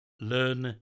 learn